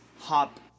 hop